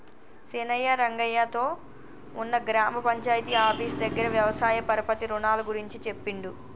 సీనయ్య రంగయ్య తో ఉన్న గ్రామ పంచాయితీ ఆఫీసు దగ్గర వ్యవసాయ పరపతి రుణాల గురించి చెప్పిండు